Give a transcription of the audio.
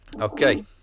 Okay